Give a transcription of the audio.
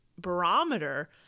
barometer